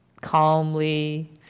calmly